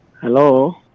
Hello